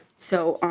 so